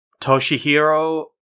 Toshihiro